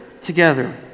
together